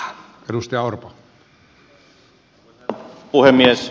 arvoisa herra puhemies